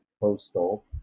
postal